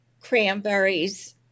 cranberries